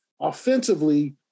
offensively